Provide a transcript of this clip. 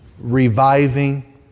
reviving